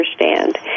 understand